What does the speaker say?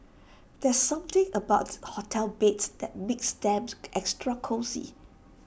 there's something about hotel beds that makes them extra cosy